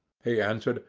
he answered,